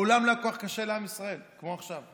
מעולם לא היה כל כך קשה לעם ישראל כמו עכשיו.